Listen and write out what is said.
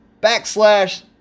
Backslash